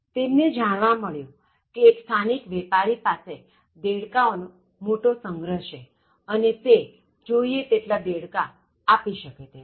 તેમને જાણવા મળ્યું કે એક સ્થાનિક વેપારી પાસે દેડકાઓ નો મોટો સંગ્રહ છેઅને તે જોઇએ તેટલા દેડકા આપી શકે તેમ છે